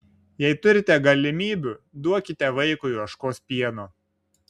jei turite galimybių duokite vaikui ožkos pieno